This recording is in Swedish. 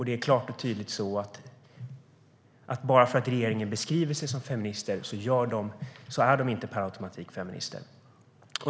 Det är klart och tydligt att bara för att man från regeringen beskriver sig som feministisk är man inte per automatik feminist.